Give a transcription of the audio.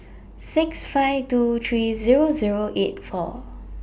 six five two three Zero Zero eight four